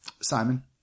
Simon